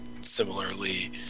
similarly